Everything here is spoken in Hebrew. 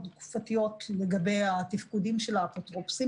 תקופתיות לגבי התפקוד של האפוטרופוסים,